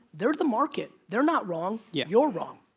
they're the market, they're not wrong. yeah. you're wrong.